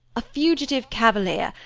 a fugitive cavalier.